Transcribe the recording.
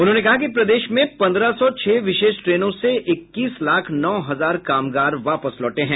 उन्होंने कहा कि प्रदेश में पन्द्रह सौ छह विशेष ट्रेनों से इक्कीस लाख नौ हजार कामगार वापस लौटे हैं